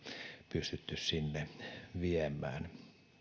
pystytty verkkoon viemään minä